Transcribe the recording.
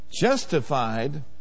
Justified